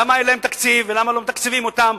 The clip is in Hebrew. למה אין להם תקציב ולמה לא מתקצבים אותם,